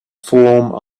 form